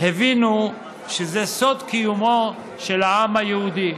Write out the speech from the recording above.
הבינו שזה סוד קיומו של העם היהודי,